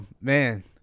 Man